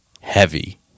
heavy